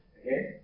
Okay